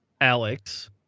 Alex